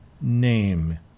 name